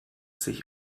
sich